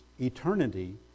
eternity